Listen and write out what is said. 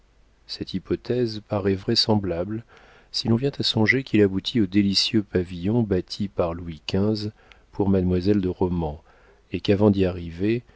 cette hypothèse paraît vraisemblable si l'on vient à songer qu'il aboutit au délicieux pavillon bâti par louis xv pour mademoiselle de romans et qu'avant d'y arriver